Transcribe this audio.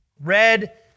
Red